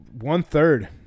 one-third